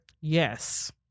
Yes